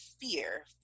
fear